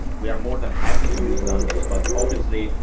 we are more than happy to use lambdas. but obviously,